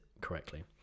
correctly